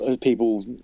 people